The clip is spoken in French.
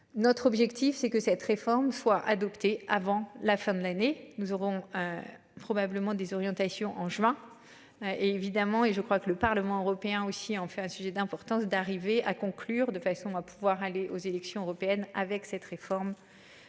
Notre objectif, c'est que cette réforme soit adoptée avant la fin de l'année nous aurons. Probablement des orientations en juin. Évidemment et je crois que le Parlement européen aussi en fait un sujet d'importance d'arriver à conclure de façon à pouvoir aller aux élections européennes. Avec cette réforme.